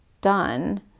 done